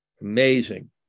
Amazing